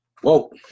Whoa